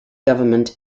government